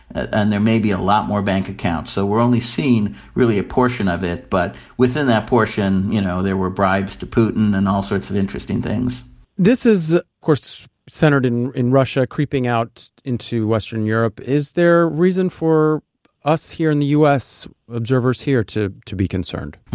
and there may be a lot more bank accounts. so we're only seeing really a portion of it. but within that portion, you know there were bribes to putin and all sorts of interesting things this is, of course, centered in in russia creeping out into western europe. is there reason for us here in the u s. observers here to to be concerned?